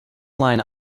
line